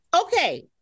Okay